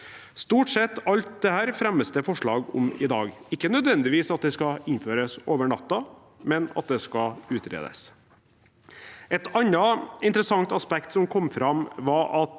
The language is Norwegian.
alt dette fremmes det forslag om i dag – ikke nødvendigvis at det skal innføres over natten, men at det skal utredes. Et annet interessant aspekt som kom fram, var at